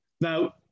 Now